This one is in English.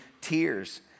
tears